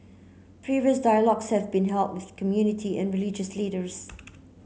previous dialogues have been held with community and religious leaders